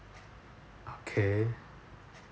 okay